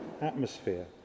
atmosphere